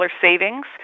savings